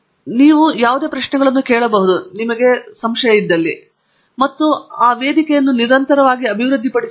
ನೀವು ಯಾವುದೇ ಪ್ರಶ್ನೆಗಳನ್ನು ಕೇಳಬಹುದು ಮತ್ತು ಅದನ್ನು ನಿರಂತರವಾಗಿ ಅಭಿವೃದ್ಧಿಪಡಿಸಬಹುದು